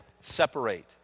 separate